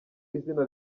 izina